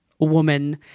woman